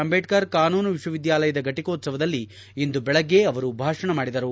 ಅಂದೇಡ್ಕರ್ ಕಾನೂನು ವಿಶ್ವವಿದ್ಯಾಲಯದ ಘಟಕೋತ್ಸವದಲ್ಲಿ ಇಂದು ಬೆಳಗ್ಗೆ ಅವರು ಭಾಷಣ ಮಾಡಿದರು